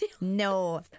No